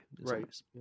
Right